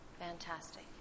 Fantastic